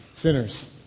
sinners